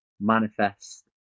manifest